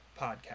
podcast